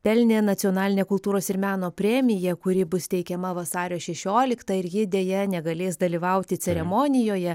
pelnė nacionalinę kultūros ir meno premiją kuri bus teikiama vasario šešioliktą ir ji deja negalės dalyvauti ceremonijoje